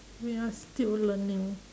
we are still learning